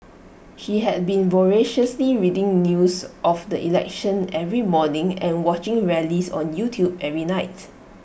she had been voraciously reading news of the election every morning and watching rallies on YouTube every night